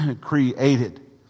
created